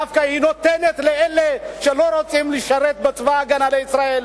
דווקא היא נותנת לאלה שלא רוצים לשרת בצבא-הגנה לישראל.